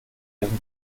ihren